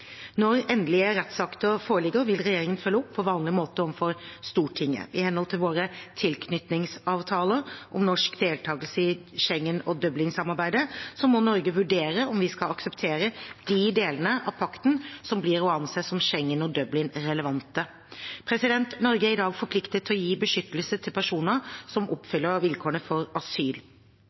Når endelige rettsakter foreligger, vil regjeringen følge opp på vanlig måte overfor Stortinget. I henhold til våre tilknytningsavtaler om norsk deltakelse i Schengen- og Dublin-samarbeidet må Norge vurdere om vi skal akseptere de delene av pakten som blir å anse som Schengen- og Dublin-relevante. Norge er i dag forpliktet til å gi beskyttelse til personer som oppfyller vilkårene for asyl,